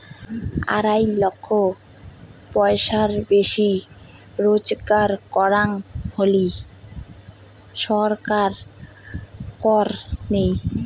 আড়াই লক্ষ পয়সার বেশি রুজগার করং হলি ছরকার কর নেই